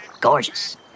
Gorgeous